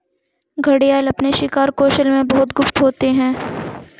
घड़ियाल अपने शिकार कौशल में बहुत गुप्त होते हैं